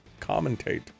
Commentate